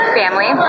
family